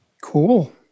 Cool